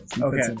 Okay